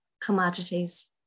commodities